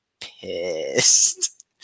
pissed